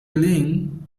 ling